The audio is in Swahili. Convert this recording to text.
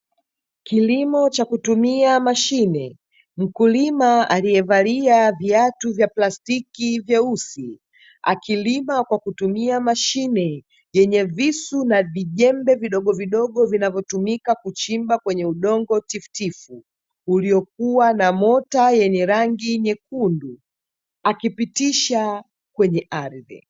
Kilimo cha kutumia mashine, mkulima aliyevalia viatu vya plastiki vyeusi akilima kwa kutumia mashine yenye visu na vijembe vidogovidogo vinavyotumika kuchimba kwenye udongo tifutifu uliokuwa na mota yenye rangi ya nyekundu akipitisha kwenye ardhi.